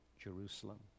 Jerusalem